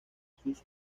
sus